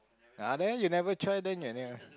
ah there you never tried then you